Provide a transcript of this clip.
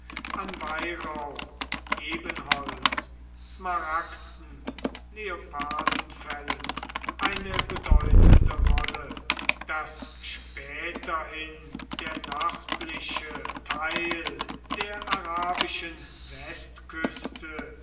an weihrauch ebenholz smaragden leopardenfellen eine bedeutende rolle daß späterhin der nördliche teil der arabischen westküste